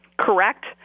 correct